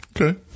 Okay